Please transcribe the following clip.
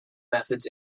methods